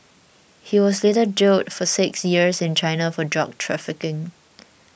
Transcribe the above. he was later jailed for six years in China for drug trafficking